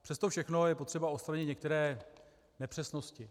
Přes to všechno je potřeba odstranit některé nepřesnosti.